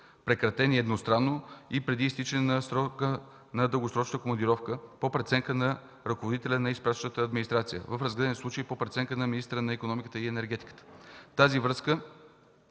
прекратени едностранно и преди изтичане на срока на дългосрочната командировка по преценка на ръководителя на изпращащата администрация, в разглеждания случай – по преценка на министъра на икономиката и енергетиката. В тази връзка